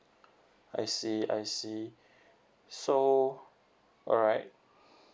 I see I see so alright